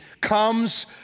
comes